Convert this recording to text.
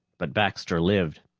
but baxter lived.